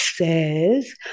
says